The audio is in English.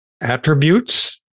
attributes